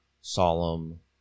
solemn